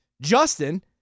Justin